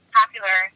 popular